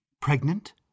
pregnant